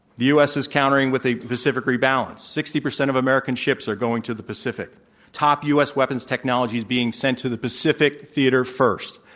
the u. s. is countering with a pacific rebalance. sixty percent of american ships are going to the pacific top u. s. weapons technology is being sent to the pacific theater first.